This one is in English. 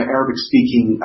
Arabic-speaking